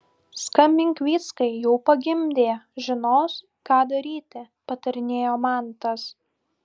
skambink vyckai jau pagimdė žinos ką daryti patarinėjo mantas